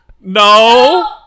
No